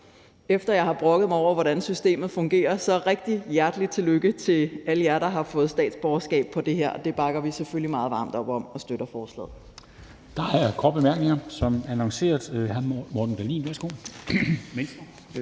efter jeg har brokket mig over, hvordan systemet fungerer – sige rigtig hjertelig tillykke til alle jer, der har får statsborgerskab ved det her lovforslag, det bakker vi selvfølgelig meget varm op om, og vi støtter forslaget. Kl. 17:52 Formanden (Henrik